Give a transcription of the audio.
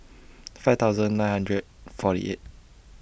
five thousand nine hundred forty eight